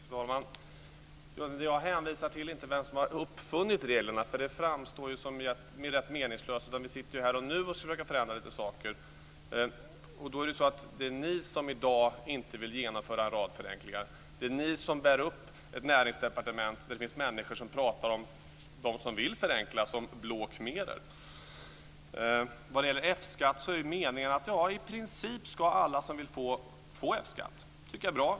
Fru talman! Jag hänvisar inte till vem som har uppfunnit reglerna. Det framstår som rätt meningslöst. Vi sitter ju här och nu och ska försöka ändra några saker. Då är det så att det är ni som i dag inte vill genomföra en rad förenklingar. Det är ni som bär upp ett näringsdepartement där det finns människor som pratar om dem som vill förenkla som blå khmerer. Vad gäller F-skatt är meningen att i princip alla som vill ska få F-skatt. Det tycker jag är bra.